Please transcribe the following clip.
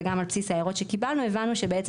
וגם על בסיס ההערות שקיבלנו הבנו שבעצם